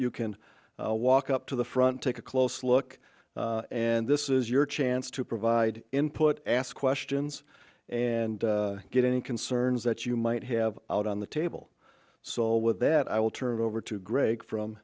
you can walk up to the front take a close look and this is your chance to provide input ask questions and get any concerns that you might have out on the table so with that i will turn it over to greg from